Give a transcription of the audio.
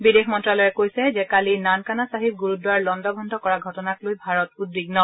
বিদেশ মন্ত্যালয়ে কৈছে যে কালি নানকানা ছাহিব গুৰুদ্বাৰ লগুভণু কৰা ঘটনাক লৈ ভাৰত উদ্বিগ্ন